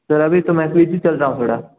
sir अभी तो मैं बिजी चल रहा हूँ थोड़ा